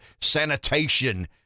sanitation